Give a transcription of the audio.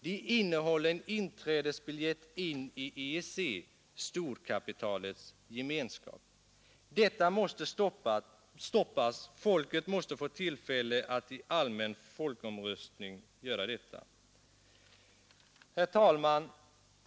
De innehåller en inträdesbiljett till EEC — storkapitalets gemenskap. Detta måste stoppas. Folket måste få tillfälle att i allmän folkomröstning göra detta. Herr talman!